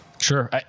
Sure